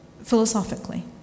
philosophically